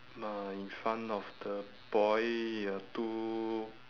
uh in front of the boy are two